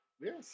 Yes